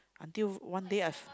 until one day I've